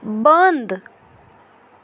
بنٛد